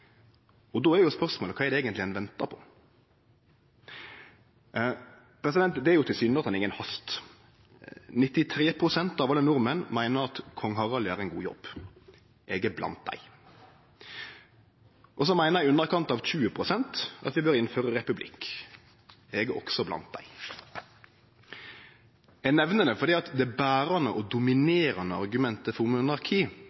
Då er spørsmålet: Kva er det eigentleg ein ventar på? Det er tilsynelatande inga hast. 93 pst. av alle nordmenn meiner at kong Harald gjer ein god jobb. Eg er blant dei. Så meiner i underkant av 20 pst. at vi bør innføre republikk. Eg er også blant dei. Eg nemner det fordi det berande